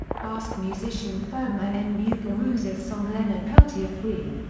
basque musician fermin and muguruza's song leonard peltier free,